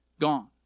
Gone